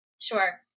Sure